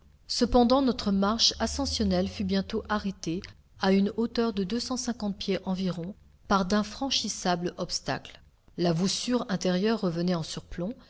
cependant notre marche ascensionnelle fut bientôt arrêtée à une hauteur de deux cent cinquante pieds environ par d'infranchissables obstacles la voussure intérieure revenait en surplomb